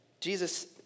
Jesus